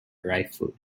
rifle